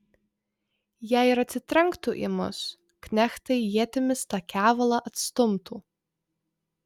jei ir atsitrenktų į mus knechtai ietimis tą kevalą atstumtų